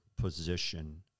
position